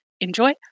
Enjoy